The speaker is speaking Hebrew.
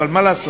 אבל מה לעשות.